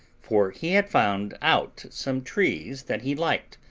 for he had found out some trees that he liked,